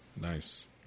nice